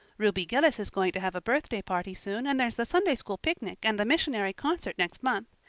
ruby gillis is going to have a birthday party soon and there's the sunday school picnic and the missionary concert next month.